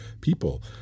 people